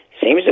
seems